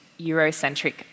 Eurocentric